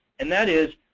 and that is,